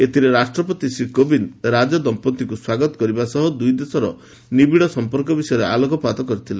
ଏଥିରେ ରାଷ୍ଟ୍ରପତି ଶ୍ରୀ କୋବିନ୍ଦ ରାଜଦମ୍ପତିଙ୍କୁ ସ୍ୱାଗତ କରିବା ସହ ଦୁଇଦେଶର ନିବିଡ଼ ସମ୍ପର୍କ ବିଷୟରେ ଆଲୋକପାତ କରିଥିଲେ